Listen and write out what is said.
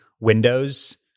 windows